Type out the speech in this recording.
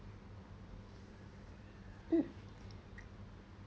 mm